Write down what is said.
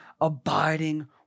abiding